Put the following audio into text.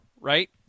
right